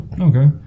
Okay